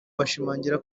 bashimangira